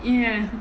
ya